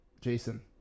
Jason